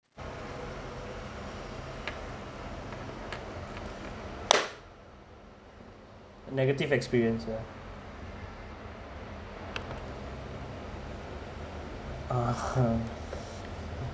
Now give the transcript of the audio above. negative experience (uh huh)